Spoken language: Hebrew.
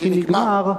כי נגמר.